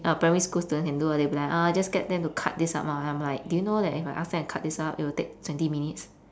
uh primary school student can do lah they'll be like uh just get them to cut this up lah then I'm like do you know that if I ask them to cut this up it will take twenty minutes